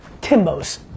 Timbos